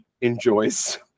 enjoys